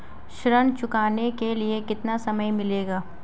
ऋण चुकाने के लिए कितना समय मिलेगा?